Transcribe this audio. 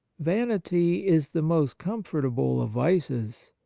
vanity is the most comfortable of vices.